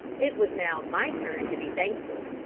it was now my turn to be thankful.